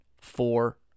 four